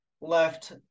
left